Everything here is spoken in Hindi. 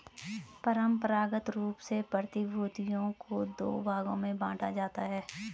परंपरागत रूप से प्रतिभूतियों को दो भागों में बांटा जाता है